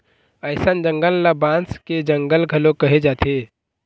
अइसन जंगल ल बांस के जंगल घलोक कहे जाथे